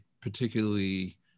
particularly